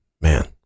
man